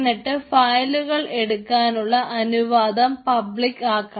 എന്നിട്ട് ഫയലുകൾ എടുക്കാനുള്ള അനുവാദം പബ്ലിക് ആക്കണം